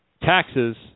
Taxes